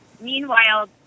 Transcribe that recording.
meanwhile